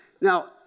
Now